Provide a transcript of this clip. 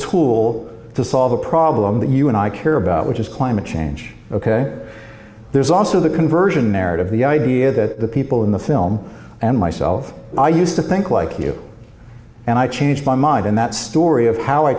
tool to solve a problem that you and i care about which is climate change ok there's also the conversion narrative the idea that people in the film and myself i used to think like you and i changed my mind and that story of how i